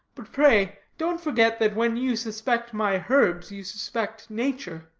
but pray, don't forget that when you suspect my herbs you suspect nature.